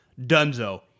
Dunzo